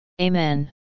Amen